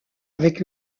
avec